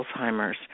Alzheimer's